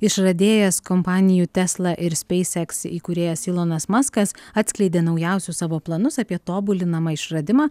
išradėjas kompanijų tesla ir spacex įkūrėjas ilonas maskas atskleidė naujausius savo planus apie tobulinamą išradimą